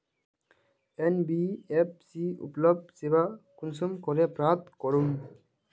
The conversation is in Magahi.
एन.बी.एफ.सी उपलब्ध सेवा कुंसम करे प्राप्त करूम?